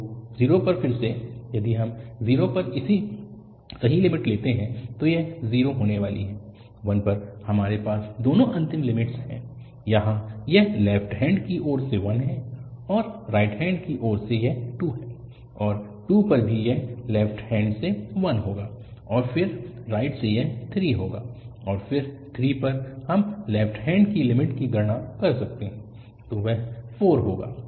तो 0 पर फिर से यदि हम 0 पर सही लिमिट लेते हैं तो यह 0 होने वाली है 1 पर हमारे पास दोनों अंतिम लिमिट्स हैं यहाँ यह लेफ्ट हैन्ड की ओर से 1 है और राइट हैन्ड की ओर से यह 2 है और 2 पर भी यह लेफ्ट हैन्ड से 1 होगा और फिर राइट से यह 3 होगा और फिर 3 पर हम लेफ्ट हैन्ड की लिमिट की गणना कर सकते हैं और वह 4 देगा